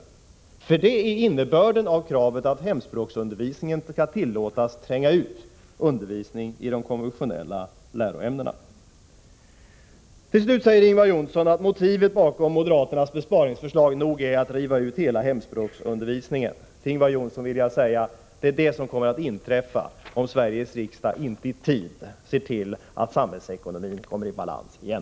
Det är nämligen innebörden av kravet att hemspråksundervisningen skall tillåtas tränga ut undervisning i de konventionella läroämnena. Till slut säger Ingvar Johnsson att motivet bakom moderaternas besparingsförslag nog är att riva ut hela hemspråksundervisningen. Jag vill säga till Ingvar Johnsson: Det är det som kommer att inträffa om Sveriges riksdag inte i tid ser till att samhällsekonomin kommer i balans igen.